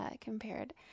compared